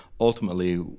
ultimately